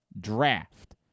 draft